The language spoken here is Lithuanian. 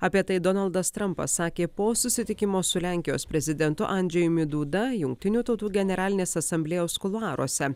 apie tai donaldas trampas sakė po susitikimo su lenkijos prezidentu andžejumi duda jungtinių tautų generalinės asamblėjos kuluaruose